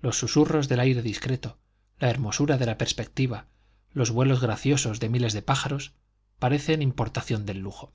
los susurros del aire discreto la hermosura de la perspectiva los vuelos graciosos de miles de pájaros parecen importación del lujo